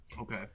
Okay